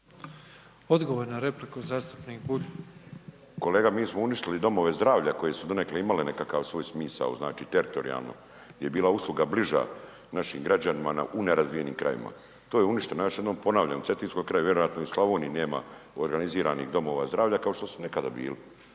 Odgovor na repliku zastupnik Bulj. **Bulj, Miro (MOST)** Kolega mi smo uništili domove zdravlja koji su donekle imali nekakav svoj smisao znači teritorijalno je bila usluga bliža našim građanima u nerazvijenim krajevima to je uništeno, još jednom ponavljam u Cetinskoj krajini vjerojatno ni u Slavoniji nema organiziranih domova zdravlja kao što su nekada bili.